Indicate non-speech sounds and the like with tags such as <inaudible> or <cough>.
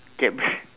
cadbu~ <laughs>